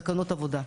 תקנות עבודה.